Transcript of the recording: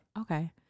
Okay